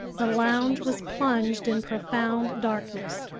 the lounge was plunged in profound darkness.